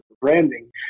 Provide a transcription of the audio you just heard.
branding